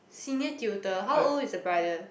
senior tutor how old is the brother